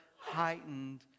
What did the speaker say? heightened